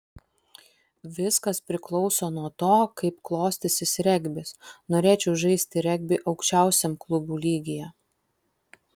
viskas priklauso nuo to kaip klostysis regbis norėčiau žaisti regbį aukščiausiam klubų lygyje